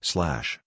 Slash